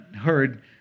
heard